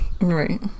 right